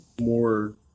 more